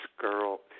girl